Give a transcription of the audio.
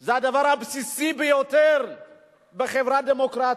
זה הדבר הבסיסי ביותר בחברה דמוקרטית.